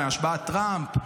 השבעת טראמפ.